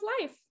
life